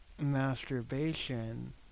masturbation